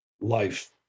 life